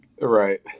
Right